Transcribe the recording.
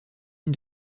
une